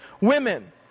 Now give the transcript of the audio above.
women